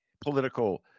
political